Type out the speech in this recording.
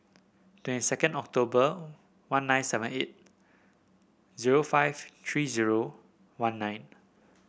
twenty second October one nine seven eight zero five three zero one nine